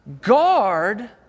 guard